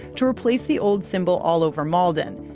to replace the old symbol all over malden.